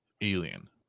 Alien